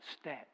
step